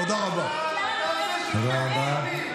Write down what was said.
תודה רבה.